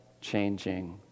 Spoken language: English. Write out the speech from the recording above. changing